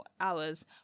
hours